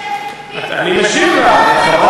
אתה בא ומתיישב במקומי ואתה אומר שאני לא מוכנה להתחלק?